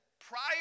prior